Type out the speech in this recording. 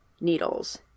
needles